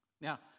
Now